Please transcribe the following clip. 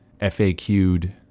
FAQ'd